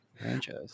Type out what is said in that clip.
franchise